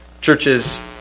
churches